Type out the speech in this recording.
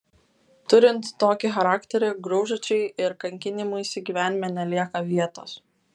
turint tokį charakterį graužačiai ir kankinimuisi gyvenime nelieka vietos